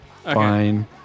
Fine